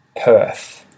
Perth